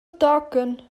tochen